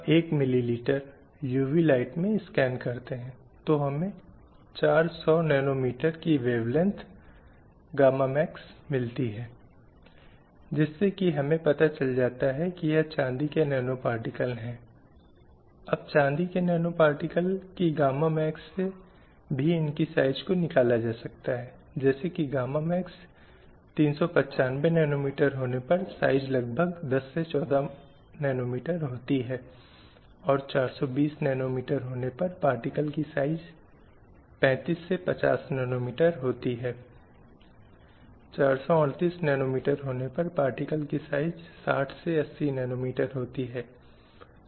महिलाओं की अधीनता स्थापित की गई थी फिर भी उन स्थितियों में भी हमें कुछ संकेत मिलते हैं कि कानून ने संपत्ति के अधिकार को मान्यता दी है विशेष रूप से स्त्रीधन महिलाओं की संपत्ति की अवधारणा जो अस्तित्व में हैउस समय भी मौजूद थी फिर भी एक बड़ा बदलाव था या बड़ा परिवर्तन था प्रारंभिक वैदिक से परवर्ती वैदिक काल तक जहां धीरे धीरे महिलाओं की स्थिति कमतर होने लगी